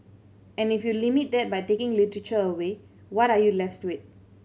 and if you limit that by taking literature away what are you left with